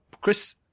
Chris